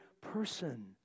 person